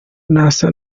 ntasa